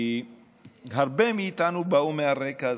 כי הרבה מאיתנו באו מהרקע הזה,